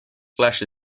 flesh